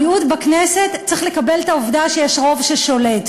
המיעוט בכנסת צריך לקבל את העובדה שיש רוב ששולט.